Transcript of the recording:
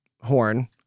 horn